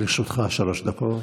לרשותך שלוש דקות.